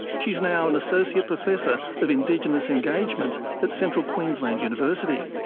she's now an associate professor of indigenous engagement at central queensland university.